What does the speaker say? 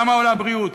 כמה עולה הבריאות?